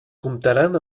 comptaran